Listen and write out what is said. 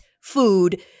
food